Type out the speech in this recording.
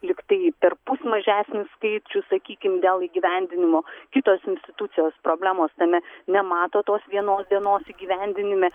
lyg tai perpus mažesnis skaičius sakykim dėl įgyvendinimo kitos institucijos problemos tame nemato tos vienos dienos įgyvendinime